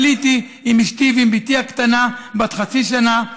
עליתי עם אשתי ועם בתי הקטנה בת חצי שנה.